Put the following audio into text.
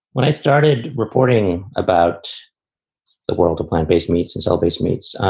when i started reporting about the world of plant based meats, and cell-based meats,